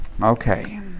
Okay